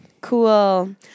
Cool